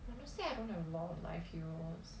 honestly I don't have a lot of life heroes